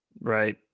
Right